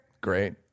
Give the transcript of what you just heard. Great